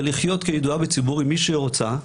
ולחיות כידועה בציבור עם מי שהיא רוצה,